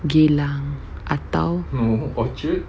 geylang atau